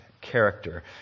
character